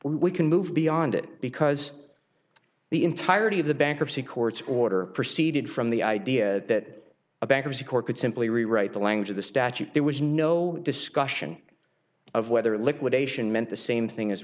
we can move beyond it because the entirety of the bankruptcy courts order proceeded from the idea that a bankruptcy court could simply rewrite the language of the statute there was no discussion of whether liquidation meant the same thing as